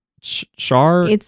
Char